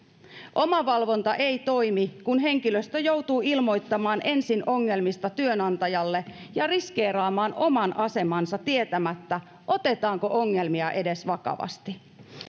omavalvonta ei toimi kun henkilöstö joutuu ilmoittamaan ensin ongelmista työnantajalle ja riskeeraamaan oman asemansa tietämättä otetaanko ongelmia edes vakavasti